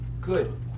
Good